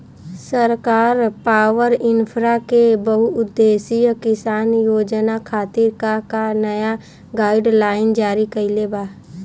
सरकार पॉवरइन्फ्रा के बहुउद्देश्यीय किसान योजना खातिर का का नया गाइडलाइन जारी कइले बा?